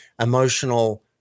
emotional